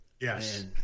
Yes